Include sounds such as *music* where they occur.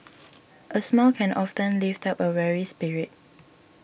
*noise* a smile can often lift up a weary spirit